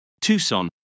Tucson